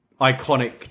iconic